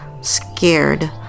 scared